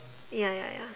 ya ya ya